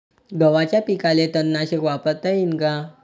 गव्हाच्या पिकाले तननाशक वापरता येईन का?